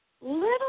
little